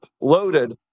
loaded